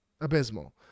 abysmal